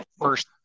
first